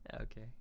Okay